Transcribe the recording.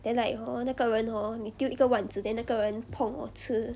then like hor 那个人 hor 你丢一个万字 then 那个人碰 or 吃